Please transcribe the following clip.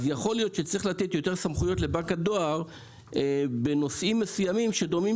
יכול להיות שצריך לתת יותר סמכויות לבנק הדואר בנושאים מסוימים שדומים